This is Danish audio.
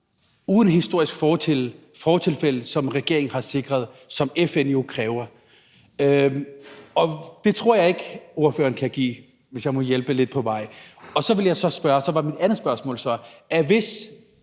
uden historisk fortilfælde, som regeringen har sikret – som FN jo kræver? Det tror jeg ikke at ordføreren kan give, hvis jeg må hjælpe lidt på vej. Og så var mit andet spørgsmål så: Hvis